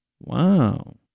Wow